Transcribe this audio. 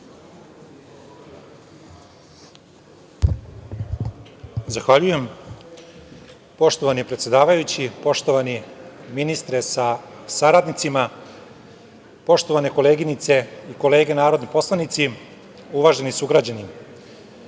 Zahvaljujem. Poštovani predsedavajući, poštovani ministre sa saradnicima, poštovane koleginice i kolege narodni poslanici, uvaženi sugrađani,